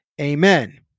Amen